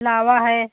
लावा है